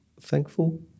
thankful